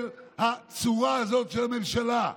של הצורה הזאת של הממשלה,